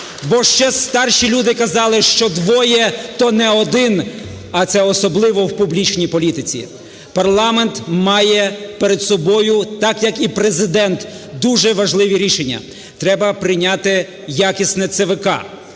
бо ще старші люди казали, що двоє – то не один, а це особливо в публічній політиці. Парламент має перед собою, так як і Президент, дуже важливі рішення. Треба прийняти якісне ЦВК.